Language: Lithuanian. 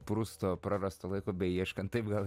prusto prarasto laiko beieškant taip gal